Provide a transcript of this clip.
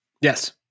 Yes